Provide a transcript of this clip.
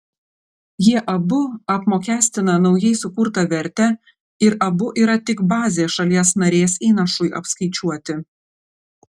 jie abu apmokestina naujai sukurtą vertę ir abu yra tik bazė šalies narės įnašui apskaičiuoti